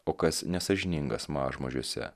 o kas nesąžiningas mažmožiuose